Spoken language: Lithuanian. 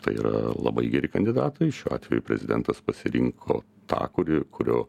tai yra labai geri kandidatai šiuo atveju prezidentas pasirinko tą kuri kurio